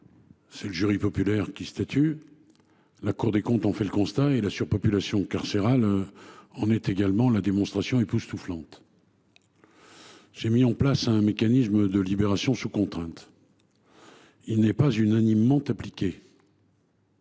c’est un jury populaire qui statue –, la Cour des comptes en a fait le constat et la surpopulation carcérale en est la démonstration époustouflante. J’ai mis en place un mécanisme de libération sous contrainte qui consiste à envisager, sur